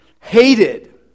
hated